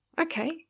okay